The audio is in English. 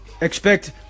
Expect